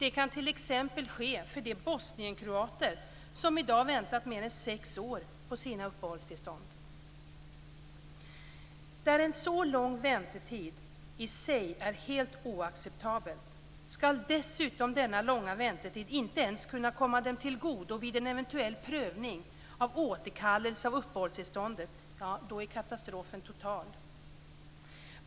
Det kan t.ex. ske för de bosnienkroater som i dag väntat mer än sex år på sina uppehållstillstånd. Skall dessutom denna långa väntetid inte ens kunna komma dem till godo vid en eventuell prövning av återkallelse av uppehållstillståndet är katastrofen total.